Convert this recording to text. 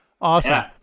awesome